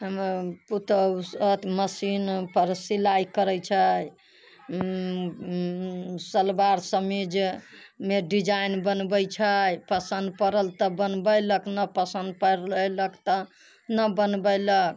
हमर पुतहु मशीनपर सिलाइ करै छै सलवार समीजमे डिजाइन बनबै छै पसन्द पड़ल तऽ बनबेलक नहि पसन्द पड़लक तऽ नहि बनबेलक